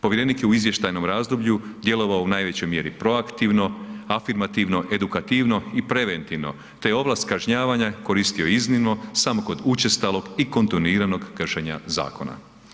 Povjerenik je u izvještajnom razdoblju djelovao u najvećoj mjeri proaktivno, afirmativno, edukativno i preventivno te je ovlast kažnjavanja koristio iznimno samo kod učestalog i kontinuiranog kršenja zakona.